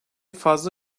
fazla